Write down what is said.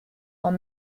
are